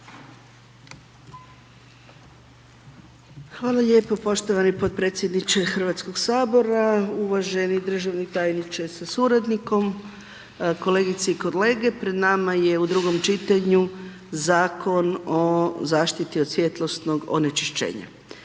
Hvala lijepo poštovani potpredsjedniče HS-a. Uvaženi državni tajniče sa suradnikom, kolegice i kolege, pred nama je u drugom čitanju Zakon o zaštiti od svjetlosnog onečišćenja.